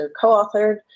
co-authored